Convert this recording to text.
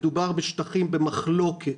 מדובר בשטחים במחלוקת.